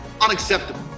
Unacceptable